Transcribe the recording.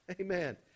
Amen